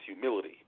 humility